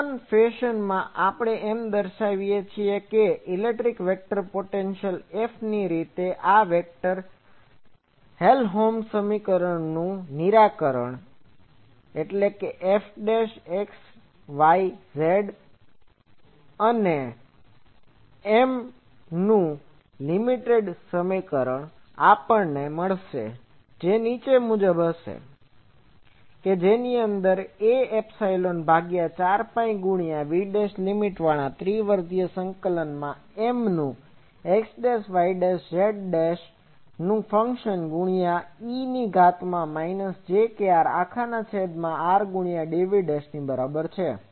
સમાન ફેશનમાં આપણે એમ દર્શાવી શકીએ છીએ કે ઇલેક્ટ્રિક વેક્ટર પોટેન્શિઅલ Fની રીતે આ વેક્ટર હેલમહોલ્ટ્ઝ સમીકરણનું નિરાકરણ F xyz4π∭VMxyz e j krrdv Fxyzએ 4 pi M xyz એ એપ્સીલોન ભાગ્યા 4 પાઈ ગુણ્યા V' લીમીટ વાળા ત્રિવિધ સંકલન માં Mનું x'y'z' નું ફંક્શન ગુણ્યા e ની ઘાત માં માઈનસ j kr અખાના છેદ માં r ગુણ્યા dv ની બરાબર છે